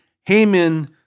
Haman